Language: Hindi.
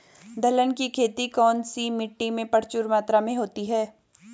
दलहन की खेती कौन सी मिट्टी में प्रचुर मात्रा में होती है?